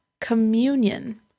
communion